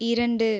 இரண்டு